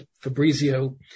Fabrizio